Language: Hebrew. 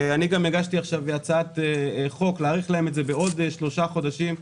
אני הגשתי עכשיו הצעת חוק להאריך להם את זה בעוד שלושה חודשים.